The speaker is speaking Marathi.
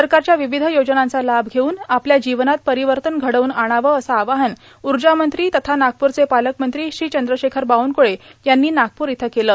सरकारच्या विविध योजनांचा लाभ घेवून आपल्या जीवनात परिवर्तन घडवून आणावं असं आवाहन ऊर्जामंत्री तथा नागप्रचे पालकमंत्री श्री चंद्रशेखर बावनक्रळे यांनी नागपूर इथं केलं